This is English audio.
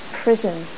prison